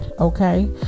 okay